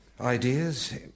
Ideas